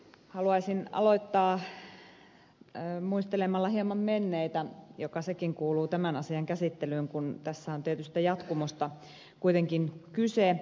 haluaisin aloittaa muistelemalla hieman menneitä mikä sekin kuuluu tämän asian käsittelyyn kun tässä on tietystä jatkumosta kuitenkin kyse